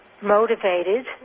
motivated